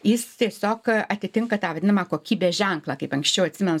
jis tiesiog atitinka tą vadinamą kokybės ženklą kaip anksčiau atsimenu